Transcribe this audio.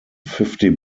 fifty